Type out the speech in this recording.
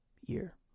year